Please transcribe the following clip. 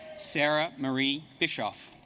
sara marie bischoff